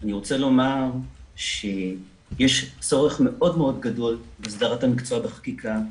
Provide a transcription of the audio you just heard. אני רוצה לומר שיש צורך מאוד-מאוד גדול בהסדרת המקצוע בחקיקה.